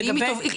לא, לא.